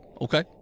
okay